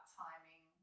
timing